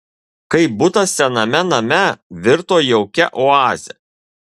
kaip butas sename name virto jaukia oaze